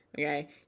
Okay